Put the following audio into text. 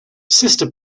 sister